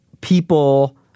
people